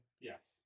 yes